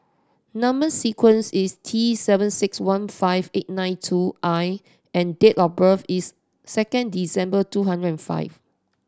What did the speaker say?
number sequence is T seven six one five eight nine two I and date of birth is two December two hundred and five